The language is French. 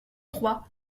trois